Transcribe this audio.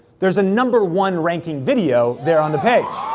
there's a number one ranking video there on the page.